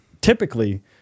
typically